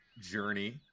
journey